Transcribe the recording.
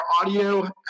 audio